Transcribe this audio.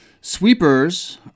Sweepers